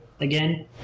again